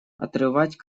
отрывать